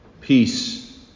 Peace